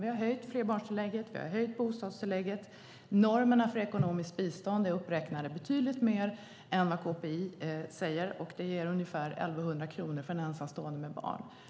Vi har höjt flerbarnstillägget, vi har höjt bostadstillägget, och normerna för ekonomiskt bistånd har räknats upp betydligt mer än vad KPI säger, vilket ger ungefär 1 100 kronor för en ensamstående med barn.